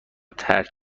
ترک